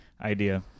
idea